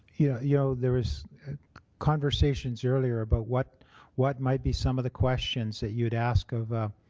yeah you know there was conversations earlier about what what might be some of the questions that you'd ask of